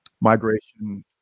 migration